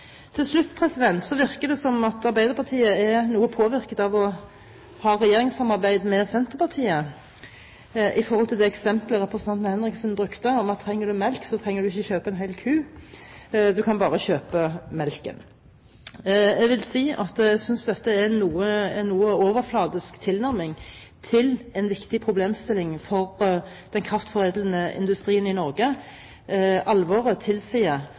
Til slutt virker det som om Arbeiderpartiet er noe påvirket av å ha regjeringssamarbeid med Senterpartiet når det gjelder det eksemplet representanten Henriksen brukte, om at trenger du melk, så trenger du ikke kjøpe en hel ku, du kan bare kjøpe melken. Jeg vil si at jeg synes dette er en noe overfladisk tilnærming til en viktig problemstilling for den kraftforedlende industrien i Norge. Alvoret tilsier tiltak som monner, og jeg vil oppfordre Arbeiderpartiet til